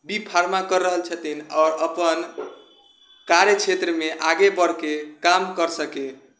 B pharma कर रहल छथिन आओर अपन कार्यक्षेत्रमे आगे बढ़के काम कर सके